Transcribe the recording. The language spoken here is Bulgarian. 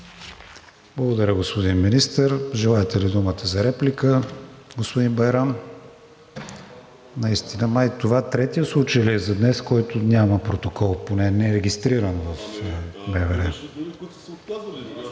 Благодаря, господин Министър. Желаете ли думата за реплика, господин Байрам? Наистина това третият случай ли е за днес, който няма протокол, поне нерегистриран в МВР?